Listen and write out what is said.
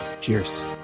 cheers